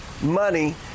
money